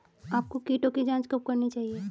आपको कीटों की जांच कब करनी चाहिए?